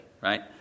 right